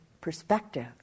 perspective